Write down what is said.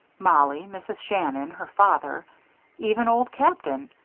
mollie, mrs. shannon, her father even old captain.